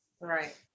Right